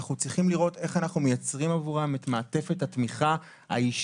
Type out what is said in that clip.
ואנחנו צריכים לראות איך אנחנו מייצרים עבורם את מעטפת התמיכה האישית